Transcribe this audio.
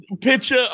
picture